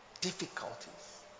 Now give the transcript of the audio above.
difficulties